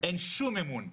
אין שום אמון במדינה.